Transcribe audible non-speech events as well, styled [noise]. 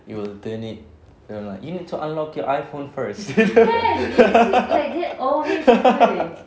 it will turn it you know lah you need to unlock your iphone first [laughs]